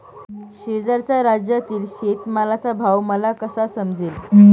शेजारच्या राज्यातील शेतमालाचा भाव मला कसा समजेल?